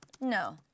No